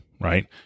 right